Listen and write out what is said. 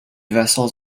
vessels